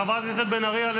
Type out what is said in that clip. חברת הכנסת בן ארי,